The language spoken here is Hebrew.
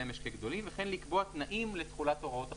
משקה גדולים וכן לקבוע תנאים לתחולת הוראות החוק,